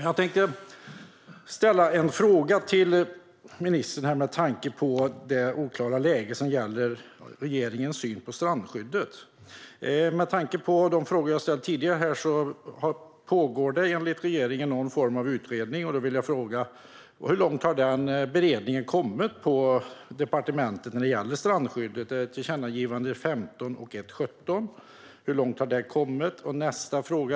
Jag tänkte ställa en fråga till ministern apropå det oklara läge som gäller regeringens syn på strandskyddet. Med tanke på de frågor som jag har ställt tidigare pågår det enligt regeringen någon form av utredning. Då vill jag fråga: Hur långt har denna beredning kommit på departementet när det gäller strandskyddet? Det finns ett tillkännagivande från 2015 och ett från 2017.